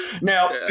Now